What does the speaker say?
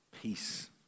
peace